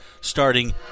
starting